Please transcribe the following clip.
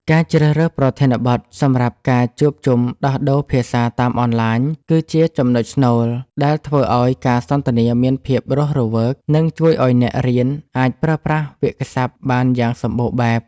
ការជ្រើសរើសប្រធានបទសម្រាប់ការជួបជុំដោះដូរភាសាតាមអនឡាញ គឺជាចំណុចស្នូលដែលធ្វើឱ្យការសន្ទនាមានភាពរស់រវើក និងជួយឱ្យអ្នករៀនអាចប្រើប្រាស់វាក្យសព្ទបានយ៉ាងសម្បូរបែប។